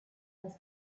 was